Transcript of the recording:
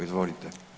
Izvolite.